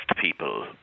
people